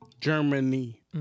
Germany